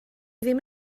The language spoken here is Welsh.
ddim